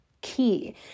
key